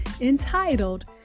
entitled